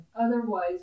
Otherwise